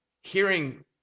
hearing